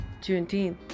juneteenth